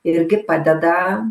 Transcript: irgi padeda